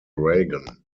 reagan